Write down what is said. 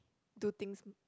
do things